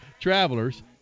travelers